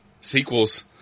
sequels